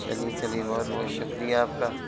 چلیے چلیے بہت بہت شکریہ آپ کا